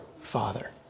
Father